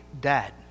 dead